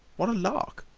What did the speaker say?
what a lark!